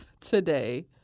today